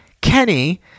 Kenny